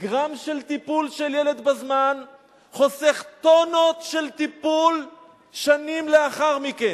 גרם של טיפול בילד בזמן חוסך טונות של טיפול שנים לאחר מכן.